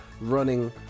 running